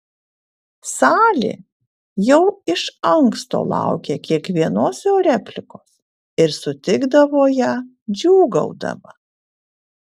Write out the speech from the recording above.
salė jau iš anksto laukė kiekvienos jo replikos ir sutikdavo ją džiūgaudama